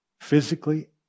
physically